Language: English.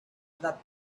that